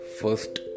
first